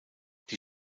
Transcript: die